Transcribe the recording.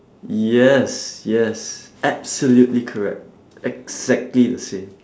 yes yes absolutely correct exactly the same